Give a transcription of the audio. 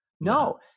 No